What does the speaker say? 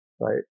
right